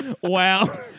wow